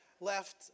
left